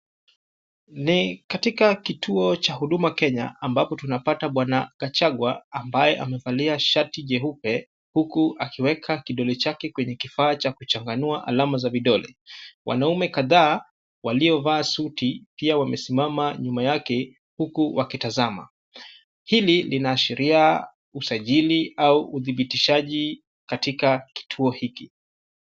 Ni katika kituo cha huduma Kenya ambapo tunapata Bwana Gachagua ambaye amevaliashati jeupe huku akiweka kidole chake kwenye kifaa cha kuchanganua alama za vidole. Wanaume kadhaa waliovaa suti pia wamesimama nyuma yake huku wakitazama. Hili linaashilia usajili au udhibishaji katika kituo hiki.